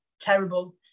terrible